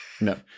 no